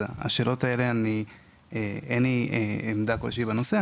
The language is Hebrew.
אז אין לי עמדה כלשהי בנושא,